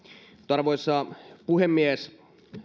arvoisa puhemies